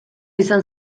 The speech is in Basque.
izan